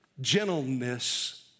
Gentleness